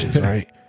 right